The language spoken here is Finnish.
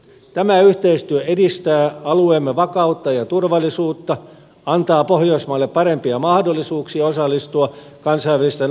tämä yhteistyö edistää alueemme vakautta ja turvallisuutta antaa pohjoismaille parempia mahdollisuuksia osallistua kansainvälisten ongelmien ratkaisuun